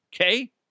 okay